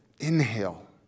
inhale